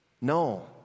No